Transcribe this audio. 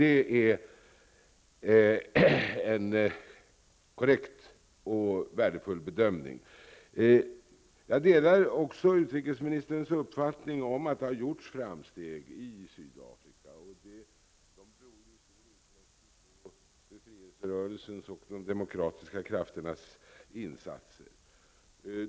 Det är en korrekt och värdefull bedömning. Jag delar också utrikesministerns uppfattning att det har gjorts framsteg i Sydafrika. Det beror ju också i stor utsträckning på befrielserörelsens och de demokratiska krafternas insatser.